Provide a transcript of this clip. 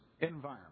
environment